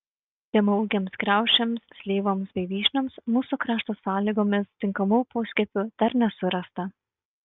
žemaūgėms kriaušėms slyvoms bei vyšnioms mūsų krašto sąlygomis tinkamų poskiepių dar nesurasta